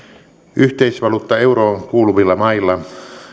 yhteisvaluutta euroon kuuluvilla mailla